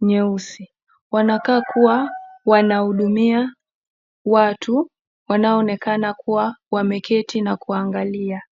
nyeusi. Wanakaa kuwa wanahudumia watu wanaoonekana kuwa wameketi na kuangalia.